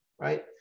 right